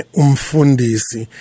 umfundisi